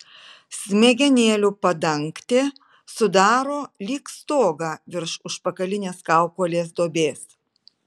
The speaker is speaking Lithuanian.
smegenėlių padangtė sudaro lyg stogą virš užpakalinės kaukolės duobės